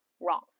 wrong